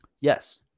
yes